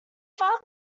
far